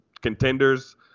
contenders